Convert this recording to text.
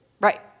Right